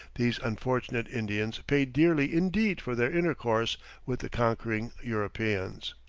these unfortunate indians paid dearly indeed for their intercourse with the conquering europeans.